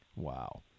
Wow